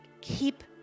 Keep